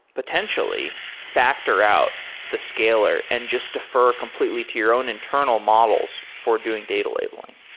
potentially factor out the scaler and just defer completely to your own internal models for doing data labeling?